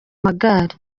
magare